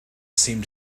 seemed